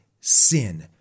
sin